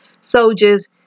soldiers